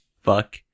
Fuck